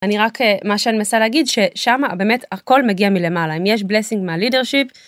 אני רק... מה שאני מנסה להגיד, ששם באמת הכל מגיע מלמעלה, אם יש בלסינג מהלידרשיפ.